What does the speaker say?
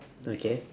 okay